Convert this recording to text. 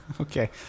Okay